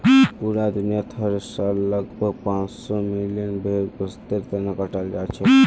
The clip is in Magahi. पूरा दुनियात हर साल लगभग पांच सौ मिलियन भेड़ गोस्तेर तने कटाल जाछेक